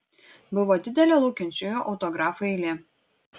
buvo didelė laukiančiųjų autografų eilė